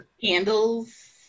candles